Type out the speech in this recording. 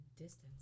distance